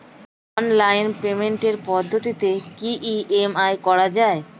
Online পেমেন্টের পদ্ধতিতে কি ই.এম.আই করা যায়?